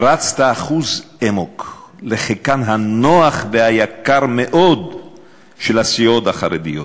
רצת אחוז אמוק לחיקן הנוח והיקר מאוד של הסיעות החרדיות.